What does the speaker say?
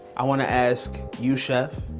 i wanna ask you, chef,